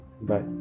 Bye